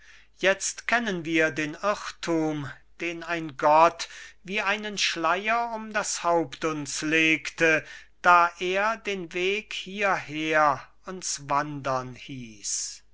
jetzt kennen wir den irrthum den ein gott wie einen schleier um das haupt uns legte da er den weg hierher uns wandern hieß